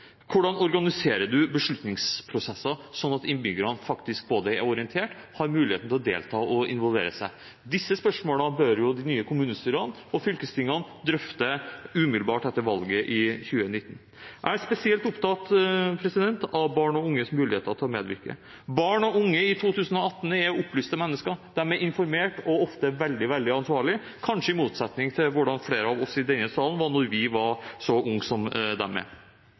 Hvordan organiserer man beslutningsprosesser, slik at innbyggerne faktisk både er orientert og har mulighet til å delta og involvere seg? Disse spørsmålene bør de nye kommunestyrene og fylkestingene drøfte umiddelbart etter valget i 2019. Jeg er spesielt opptatt av barn og unges mulighet til å medvirke. Barn og unge i 2018 er opplyste mennesker. De er informert og ofte veldig ansvarlige – kanskje i motsetning til hvordan flere av oss i denne salen var da vi var så